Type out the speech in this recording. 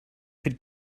could